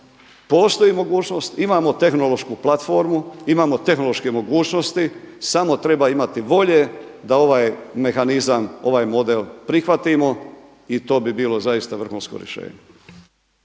postoji mogućost, imamo tehnološku platformu, imamo tehnološke mogućnosti samo treba imati volje da ovaj mehanizam ovaj model prihvatimo i to bi bilo zaista vrhunsko rješenje.